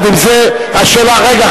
עם זה, השאלה, רגע,